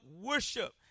worship